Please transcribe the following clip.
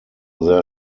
there